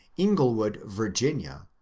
ingle wood, virginia,